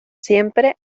siempre